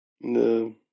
No